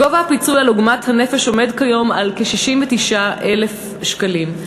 גובה הפיצוי על עוגמת הנפש עומד כיום על כ-69,000 שקלים.